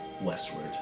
westward